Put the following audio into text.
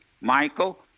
Michael